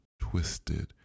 twisted